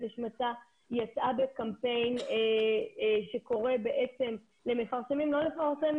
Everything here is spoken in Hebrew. השמצה יצאה בקמפיין שקורא למפרסמים לא לפרסם,